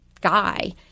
guy